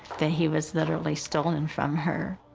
that he was literally stolen from her.